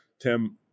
Tim